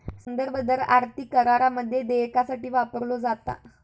संदर्भ दर आर्थिक करारामध्ये देयकासाठी वापरलो जाता